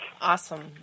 Awesome